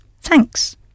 thanks